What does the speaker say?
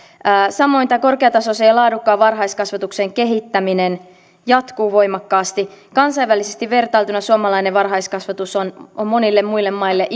samoin tämä korkeatasoisen ja laadukkaan varhaiskasvatuksen kehittäminen jatkuu voimakkaasti kansainvälisesti vertailtuna suomalainen varhaiskasvatus on on monille muille maille